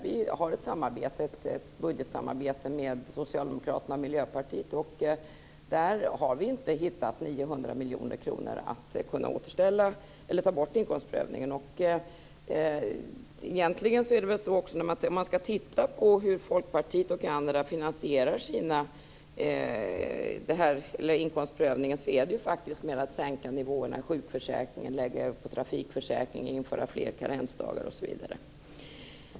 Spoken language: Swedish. Vi har ett budgetsamarbete med Socialdemokraterna och Miljöpartiet, och där har vi inte hittat 900 miljoner kronor för att kunna ta bort inkomstprövningen. Folkpartiet och de andra finansierar ju inkomstprövningen med att sänka nivåerna i sjukförsäkringen, lägga över på trafikförsäkring, införa fler karensdagar osv.